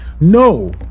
No